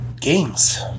games